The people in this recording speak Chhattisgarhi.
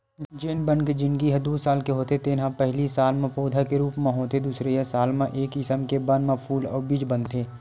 जेन बन के जिनगी ह दू साल के होथे तेन ह पहिली साल म पउधा के रूप म होथे दुसरइया साल म ए किसम के बन म फूल अउ बीज बनथे